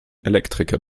elektriker